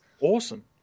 Awesome